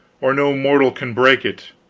or no mortal can break it.